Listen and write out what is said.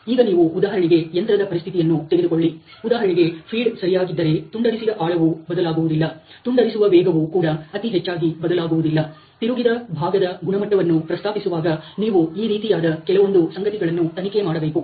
ಈಗ ನೀವು ಉದಾಹರಣೆಗೆ ಯಂತ್ರದ ಪರಿಸ್ಥಿತಿಯನ್ನು ತೆಗೆದುಕೊಳ್ಳಿ ಉದಾಹರಣೆಗೆ ಫೀಡ್ ಸರಿಯಾಗಿದ್ದರೆ ತುಂಡರಿಸಿದ ಆಳವು ಬದಲಾಗುವುದಿಲ್ಲ ತುಂಡರಿಸುವ ವೇಗವು ಕೂಡ ಅತಿ ಹೆಚ್ಚಾಗಿ ಬದಲಾಗುವುದಿಲ್ಲ ತಿರುಗಿದ ಭಾಗದ ಗುಣಮಟ್ಟವನ್ನು ಪ್ರಸ್ತಾಪಿಸುವಾಗ ನೀವು ಈ ರೀತಿಯಾದ ಕೆಲವೊಂದು ಸಂಗತಿಗಳನ್ನು ತನಿಖೆ ಮಾಡಬೇಕು